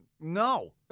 No